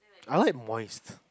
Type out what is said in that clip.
I like wines